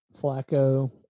Flacco